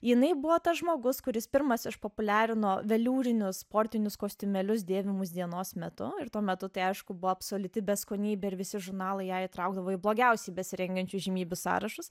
jinai buvo tas žmogus kuris pirmas išpopuliarino veliūrinius sportinius kostiumėlius dėvimus dienos metu ir tuo metu tai aišku buvo absoliuti beskonybė ir visi žurnalai ją įtraukdavo į blogiausiai besirengiančių įžymybių sąrašus